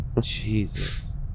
Jesus